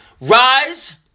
rise